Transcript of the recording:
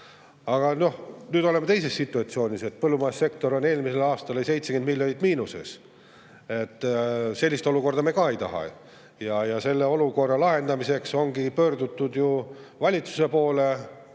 Nüüd oleme me teises situatsioonis: põllumajandussektor oli eelmisel aastal 70 miljonit miinuses. Sellist olukorda me ka ei taha. Selle olukorra lahendamiseks ongi pöördutud ju valitsuse poole,